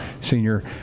senior